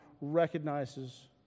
recognizes